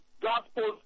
gospel's